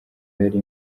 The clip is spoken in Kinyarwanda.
yari